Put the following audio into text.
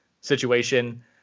situation